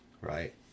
Right